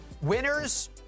winners